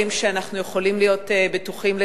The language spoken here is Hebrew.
שאנחנו יכולים להיות בטוחים לגביהם,